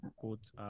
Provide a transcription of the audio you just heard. put